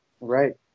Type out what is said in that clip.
Right